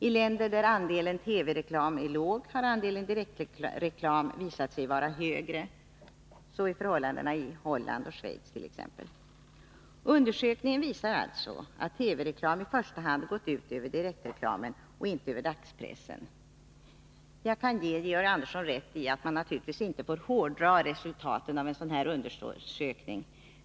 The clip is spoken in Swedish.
I länder där andelen TV-reklam är låg, har andelen direktreklam visat sig vara högre, t.ex. i Holland och Schweiz. Undersökningen visar alltså att TV-reklamen i första hand gått ut över direktreklamen och inte över dagspressen. Jag kan ge Georg Andersson rätt i att man naturligtvis inte får hårdra resultaten av en sådan här undersökning.